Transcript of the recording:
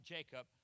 Jacob